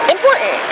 Important